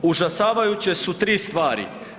Užasavajuće su 3 stvari.